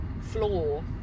Floor